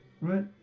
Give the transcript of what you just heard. Right